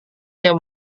yang